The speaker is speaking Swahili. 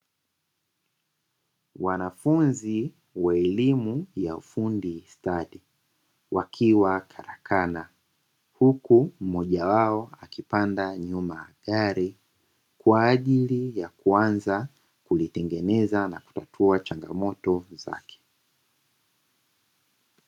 Wanafunzi wa elimu ya ufundi stadi wakiwa karakana huku mmoja wao akipanda nyuma ya gari, kwa ajili ya kuanza kulitengeneza na kutatua changamoto zake.